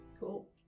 Cool